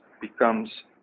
becomes